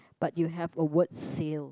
but you have a word sale